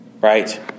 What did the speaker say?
Right